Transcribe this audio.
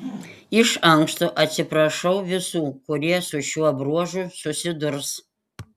iš anksto atsiprašau visų kurie su šiuo bruožu susidurs